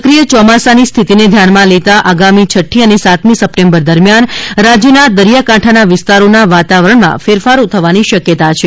સક્રિય ચોમાસાની સ્થિતિને ધ્યાનમાં લેતા આગામી છઠ્ઠી અને સાતમી સપ્ટેમ્બર દરમ્યાન રાજયના દરિયાકાંઠાના વિસ્તારોનાં વાતાવરણમાં ફેરફારો થવાની શકયતા છે